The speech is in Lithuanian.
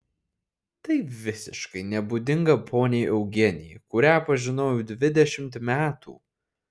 tai visiškai nebūdinga poniai eugenijai kurią pažinojau dvidešimt metų